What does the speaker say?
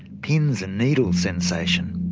pins and needles sensation.